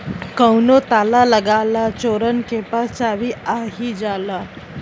कउनो ताला लगा ला चोरन के पास चाभी आ ही जाला